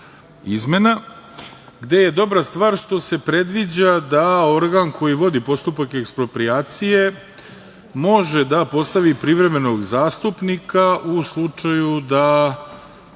izmena, gde je dobra stvar što se predviđa da organ koji vodi postupak eksproprijacije može da postavi privremenog zastupnika u slučaju da